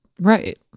Right